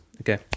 Okay